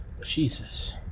jesus